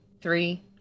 three